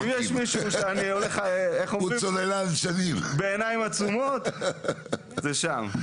אם יש מישהו שאני הולך בעיניים עצומות זה שם.